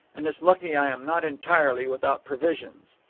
and it's lucky i am not entirely without provisions.